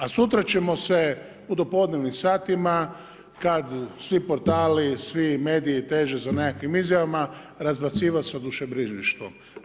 A sutra ćemo se u dopodnevnim satima kad svi portali, svi mediji teže za nekakvim izjavama razbacivati sa dušebrižništvom.